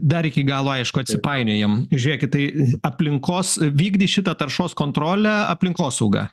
dar iki galo aišku atsipainiojam žėkit tai aplinkos vykdys šitą taršos kontrolę aplinkosauga